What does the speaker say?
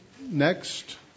next